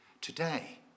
today